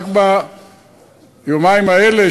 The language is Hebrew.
רק ביומיים האלה,